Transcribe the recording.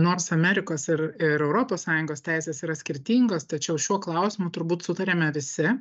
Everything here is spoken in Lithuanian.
nors amerikos ir ir europos sąjungos teisės yra skirtingos tačiau šiuo klausimu turbūt sutariame visi